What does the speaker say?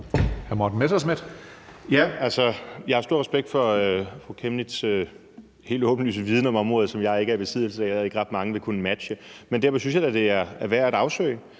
jeg har stor respekt for fru Aaja Chemnitz' helt åbenlyse viden om området, som jeg ikke er i besiddelse af og ikke ret mange vil kunne matche, men derfor synes jeg da, det er værd at afsøge